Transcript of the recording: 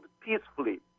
peacefully